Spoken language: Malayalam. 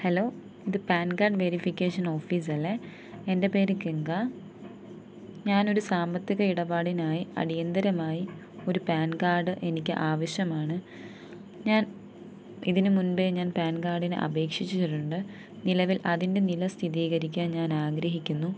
ഹലോ ഇത് പാൻ കാഡ് വെരിഫിക്കേഷൻ ഓഫീസല്ലേ എൻ്റെ പേര് ഗംഗ ഞാനൊരു സാമ്പത്തിക ഇടപാടിനായി അടിയന്തിരമായി ഒരു പാൻ കാഡ് എനിക്ക് ആവശ്യമാണ് ഞാൻ ഇതിന് മുൻപേ ഞാൻ പാൻ കാഡിന് അപേക്ഷിച്ചിട്ടുണ്ട് നിലവിൽ അതിൻ്റെ നില സ്ഥിതീകരിക്കാൻ ഞാനാഗ്രഹിക്കുന്നു